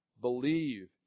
believe